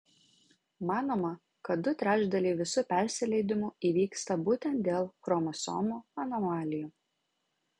manoma kad du trečdaliai visų persileidimų įvyksta būtent dėl chromosomų anomalijų